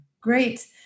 Great